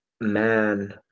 man